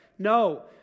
No